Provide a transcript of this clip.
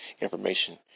information